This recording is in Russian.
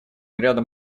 рядом